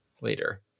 later